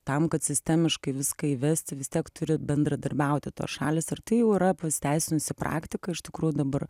tam kad sistemiškai viską įvesti vis tiek turi bendradarbiauti tos šalys ir tai jau yra pasiteisinusi praktika iš tikrųjų dabar